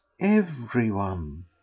everyone